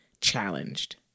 challenged